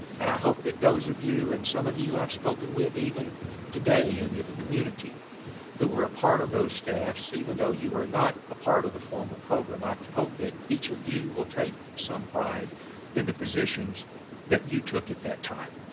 and i hope that those of you and some of you i've spoken with even today and to the community who were a part of those staffs even though you were not a part of the formal program i hope that each of you will take some pride in the positions that you took at that time.